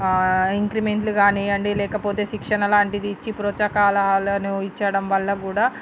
ఇంక్రిమెంట్లు కానీయ్యండి లేకపోతే శిక్షణ లాంటిది ఇచ్చి ప్రోత్సాహకాలను ఇవ్వడం వల్ల కూడా